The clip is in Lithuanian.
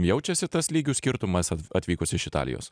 jaučiasi tas lygių skirtumas atv atvykus iš italijos